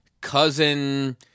cousin